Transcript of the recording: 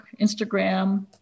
Instagram